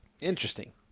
Interesting